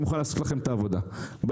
אני מוכן לעשות לכם את העבודה המקצועית,